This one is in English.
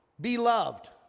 beloved